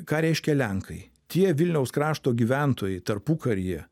ką reiškia lenkai tie vilniaus krašto gyventojai tarpukaryje